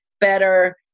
better